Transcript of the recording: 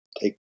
Take